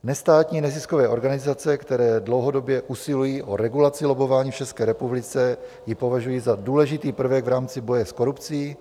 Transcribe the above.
Nestátní neziskové organizace, které dlouhodobě usilují o regulaci lobbování v České republice, ji považují za důležitý prvek v rámci boje s korupcí.